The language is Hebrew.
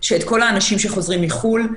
שאת כל האנשים שחוזרים מחו"ל,